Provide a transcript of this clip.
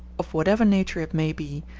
of whatever nature it may be,